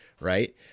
right